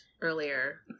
earlier